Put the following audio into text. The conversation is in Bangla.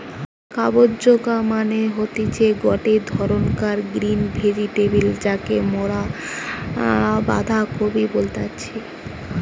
কাব্বেজ মানে হতিছে গটে ধরণকার গ্রিন ভেজিটেবল যাকে মরা বাঁধাকপি বলতেছি